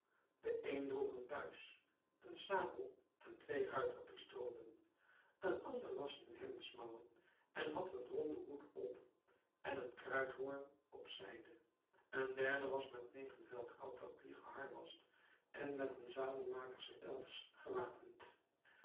de een droeg een buis een sabel en twee ruiterpistolen een ander was in hemdsmouwen en had een ronden hoed op en een kruithoorn op zijde een derde was met negen vel grauw papier geharnast en met een zadelmakersels gewapend